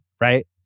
right